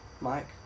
Mike